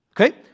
Okay